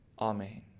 Amen